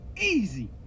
easy